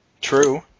True